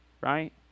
right